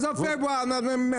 ובפברואר.